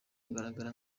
ngaragara